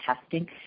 testing